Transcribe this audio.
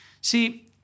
See